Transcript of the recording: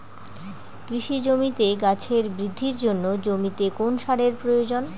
কৃষি জমিতে গাছের বৃদ্ধির জন্য জমিতে কোন সারের প্রয়োজন?